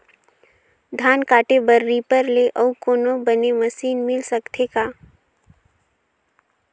धान काटे बर रीपर ले अउ कोनो बने मशीन मिल सकथे का?